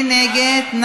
מי נגד?